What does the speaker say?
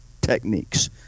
techniques